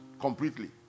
completely